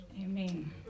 Amen